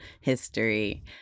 history